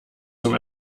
zum